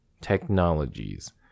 technologies